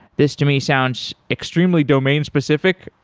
this to me sounds extremely domain specific.